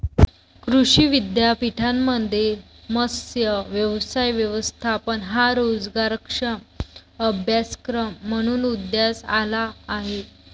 कृषी विद्यापीठांमध्ये मत्स्य व्यवसाय व्यवस्थापन हा रोजगारक्षम अभ्यासक्रम म्हणून उदयास आला आहे